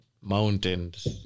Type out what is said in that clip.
mountains